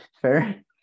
fair